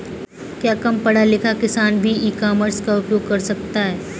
क्या कम पढ़ा लिखा किसान भी ई कॉमर्स का उपयोग कर सकता है?